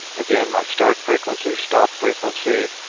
again, my start frequency, stop frequency,